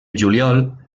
juliol